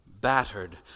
Battered